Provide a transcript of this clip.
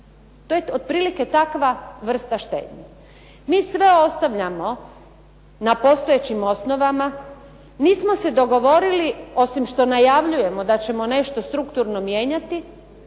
To je otprilike takva vrsta štednje. Mi sve ostavljamo na postojećim osnovama, nismo se dogovorili osim što najavljujemo da ćemo nešto strukturno mijenjati